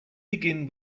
begin